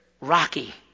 Rocky